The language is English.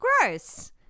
gross